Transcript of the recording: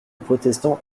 protestants